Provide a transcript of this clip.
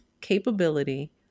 capability